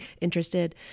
interested